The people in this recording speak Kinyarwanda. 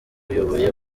uyoboye